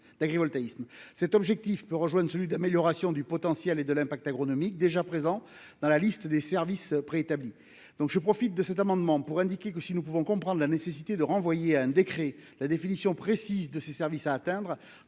Cet objectif peut rejoindre celui « d'amélioration du potentiel et de l'impact agronomiques », déjà présent dans la liste des services pouvant être apportés par l'installation. Nous pouvons comprendre la nécessité de renvoyer à un décret la définition précise de ces services à atteindre